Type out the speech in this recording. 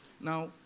Now